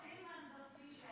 סילמן זו היא,